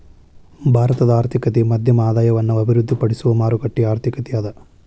ಭಾರತದ ಆರ್ಥಿಕತೆ ಮಧ್ಯಮ ಆದಾಯವನ್ನ ಅಭಿವೃದ್ಧಿಪಡಿಸುವ ಮಾರುಕಟ್ಟೆ ಆರ್ಥಿಕತೆ ಅದ